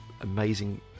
amazing